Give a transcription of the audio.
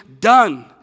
done